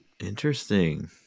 Interesting